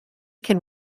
can